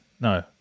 no